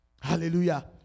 Hallelujah